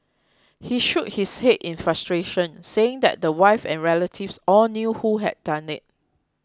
he shook his head in frustration saying that the wife and relatives all knew who had done it